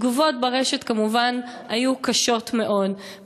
התגובות ברשת כמובן היו קשות מאוד,